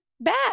bad